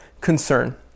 concern